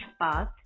path